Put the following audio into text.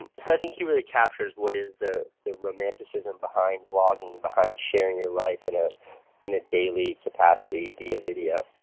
and so i think he really captures what is the the romanticism behind vlogging and behind sharing your life in ah in a daily capacity via video.